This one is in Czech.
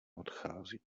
odchází